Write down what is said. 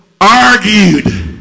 Argued